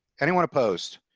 any want to post.